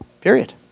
Period